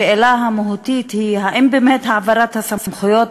השאלה המהותית היא האם באמת העברת הסמכויות